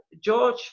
George